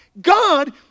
God